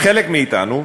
חלק מאתנו,